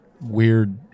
weird